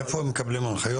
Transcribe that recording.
מאיפה הם מקבלים הנחיות?